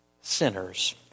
sinners